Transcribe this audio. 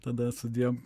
tada sudie